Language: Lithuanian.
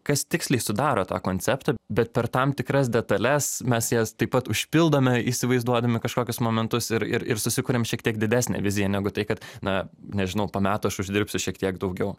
kas tiksliai sudaro tą konceptą bet per tam tikras detales mes jas taip pat užpildome įsivaizduodami kažkokius momentus ir ir ir susikuriam šiek tiek didesnę viziją negu tai kad na nežinau po metų aš uždirbsiu šiek tiek daugiau